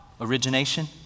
origination